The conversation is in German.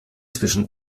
zwischen